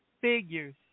figures